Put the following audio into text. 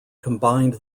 combined